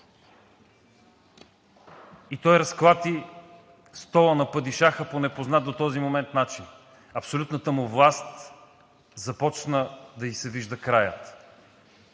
и той разклати стола на падишаха по непознат до този момент начин – на абсолютната му власт започна да ѝ се вижда краят.